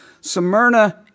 Smyrna